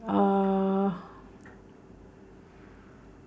uh